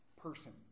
person